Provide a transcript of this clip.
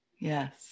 yes